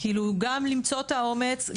כאילו גם למצוא את האומץ,